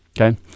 Okay